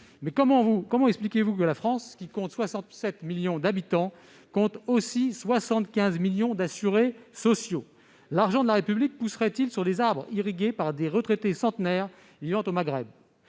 Mais comment expliquez-vous que la France, qui a 67 millions d'habitants, compte 75 millions d'assurés sociaux ? L'argent de la République pousserait-il sur des arbres irrigués par des retraités centenaires vivant au Maghreb ?